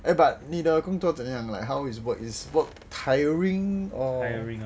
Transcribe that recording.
eh but 你的工作怎样 like how is work is work tiring or